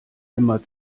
immer